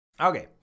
Okay